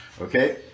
okay